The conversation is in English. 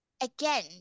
Again